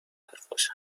حرفاش